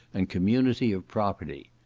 and community of property.